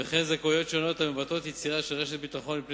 וכן זכאויות שונות המבטאות יצירה של רשת ביטחון מפני